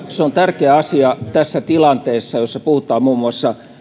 se on tärkeä asia tässä tilanteessa jossa puhutaan muun muassa